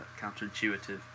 counterintuitive